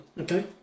Okay